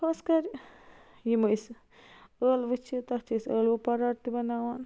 خاص کَر یِم أسۍ ٲلوٕ چھِ تَتھ چھِ أسۍ ٲلوٕ پۄراٹ تہِ بَناوان